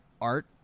art